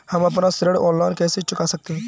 हम अपना ऋण ऑनलाइन कैसे चुका सकते हैं?